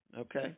okay